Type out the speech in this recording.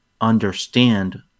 understand